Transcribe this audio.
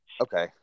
Okay